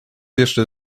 jeszcze